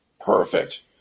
Perfect